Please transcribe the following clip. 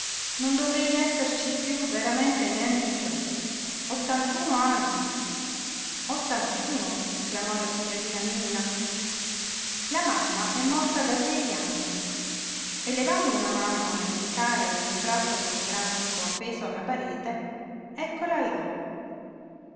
non dovrei esserci piú veramente neanche io ottantun anni ottantuno esclamò la signorina milla la mamma è morta da sei anni e levando una mano a indicare il ritratto fotografico appeso alla parete eccola là